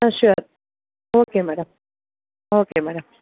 ah sure okay madam okay madam